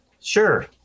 Sure